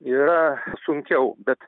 yra sunkiau bet